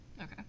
Okay